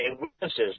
witnesses